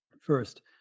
First